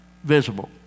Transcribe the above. visible